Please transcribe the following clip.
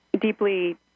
deeply